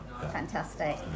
Fantastic